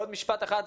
עוד משפט אחד,